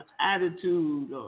attitude